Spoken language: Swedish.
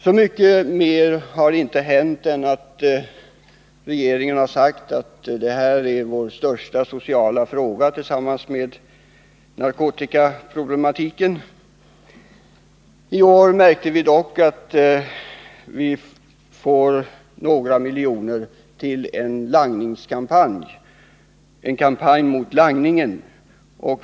Så mycket mer har emellertid inte hänt än att regeringen har sagt att detta är vår största sociala fråga tillsammans med narkotikaproblematiken. I år har vi dock märkt att vi får in några miljoner till en kampanj mot langningen.